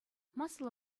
массӑллӑ